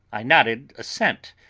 i nodded assent,